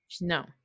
No